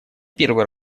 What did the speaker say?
первый